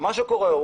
מה שקורה זה